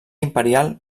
imperial